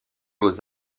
aux